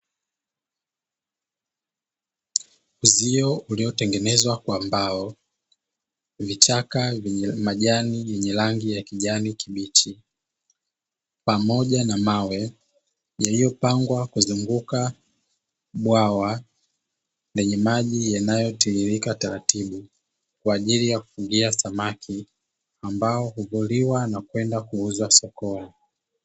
Uzio uliotengenezwa kwa mbao, vichaka vyenye majani yenye rangi ya kijani kibichi pamoja na mawe yaliyopangwa kuzunguka bwawa, lenye maji yanayotiririka taratibu kwaajili ya kufugia samaki, ambao huvuliwa na kwenda kuuzwa sokoni.